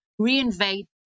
reinvent